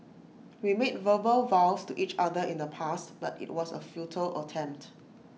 we made verbal vows to each other in the past but IT was A futile attempt